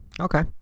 Okay